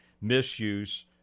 misuse